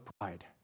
pride